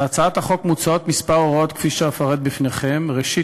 בהצעת החוק מוצעות כמה הוראות שאפרט בפניכם: ראשית,